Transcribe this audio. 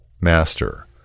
Master